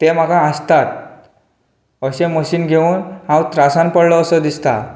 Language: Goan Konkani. ते म्हाका हांसतात अशें मशीन घेवन हांव त्रासान पडलो कसो दिसता